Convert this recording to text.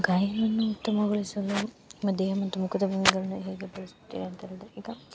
ಗಾಯನವನ್ನು ಉತ್ತಮಗೊಳಿಸಲು ನಮ್ಮ ದೇಹ ಮತ್ತು ಮುಖದ ಭಾವನೆಗಳನ್ನ ಹೇಗೆ ಬಳಸುತ್ತೀರಿ ಅಂತ ಹೇಳಿದ್ರೆ ಈಗ